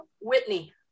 Whitney